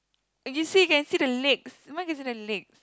you see can see the legs mine is the legs